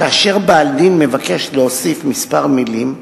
כאשר בעל דין מבקש להוסיף כמה מלים,